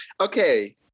okay